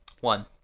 One